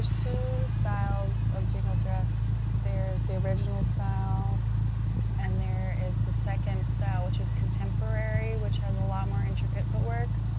two styles of jingle dress there's the original style and there is the second style, which is contemporary, which has a lot more intricate footwork.